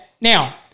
now